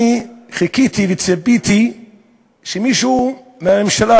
אני חיכיתי וציפיתי שמישהו מהממשלה,